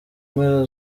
mpera